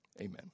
Amen